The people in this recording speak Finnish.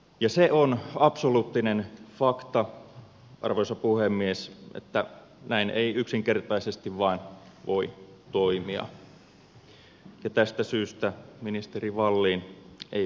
ja se on absoluuttinen fakta arvoisa puhemies että näin ei yksinkertaisesti vain voi toimia ja tästä syystä ministeri wallin ei voi jatkaa enää tehtävässään